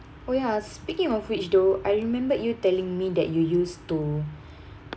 oh ya speaking of which though I remember you telling me that you used to